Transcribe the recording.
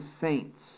saints